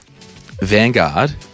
Vanguard